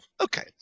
Okay